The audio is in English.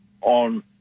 on